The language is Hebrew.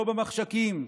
לא במחשכים,